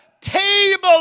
table